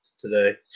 today